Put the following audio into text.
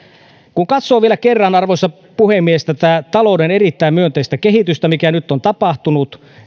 kun katsoo vielä kerran arvoisa puhemies tätä talouden erittäin myönteistä kehitystä mikä nyt on tapahtunut